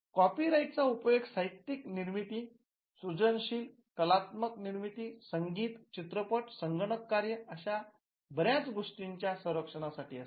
copyright चा उपयोग साहित्यिक निर्मिती सृजनशीलकलात्मक निर्मिती संगीत चित्रपट आणि संगणक कार्य अशा बर्याच गोष्टींच्या संरक्षणा साठी असतो